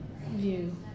view